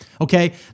okay